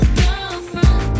girlfriend